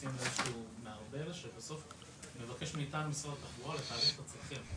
מאתנו ממשרד התחבורה לתעדף את הצרכים,